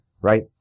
right